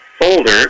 folder